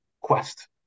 quest